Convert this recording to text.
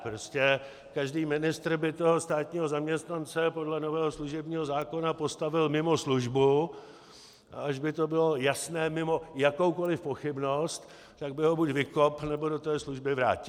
Prostě každý ministr by toho státního zaměstnance podle nového služebního zákona postavil mimo službu, a až by to bylo jasné mimo jakoukoli pochybnost, tak by ho buď vykopl, nebo ho do té služby vrátil.